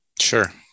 Sure